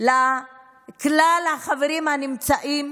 לכלל החברים הנמצאים